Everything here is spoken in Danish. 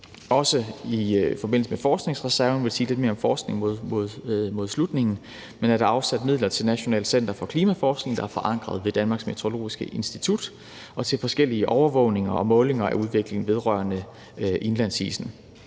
Også i forbindelse med forskningsreserven – jeg vil sige lidt mere om forskning hen imod slutningen – er der afsat midler til Nationalt Center for Klimaforskning, der er forankret ved Danmarks Meteorologiske Institut, og til forskellige overvågninger og målinger af udvikling vedrørende indlandsisen.